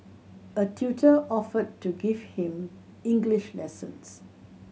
a tutor offered to give him English lessons